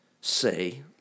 say